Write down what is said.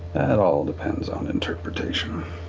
that all depends on interpretation.